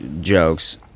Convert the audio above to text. jokes